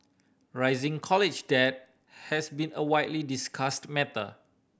rising college debt has been a widely discussed matter